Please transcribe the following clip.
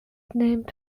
named